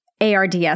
ARDS